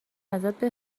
ازت